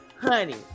Honey